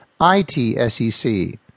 ITSEC